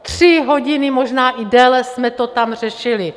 Tři hodiny, možná i déle, jsme to tam řešili.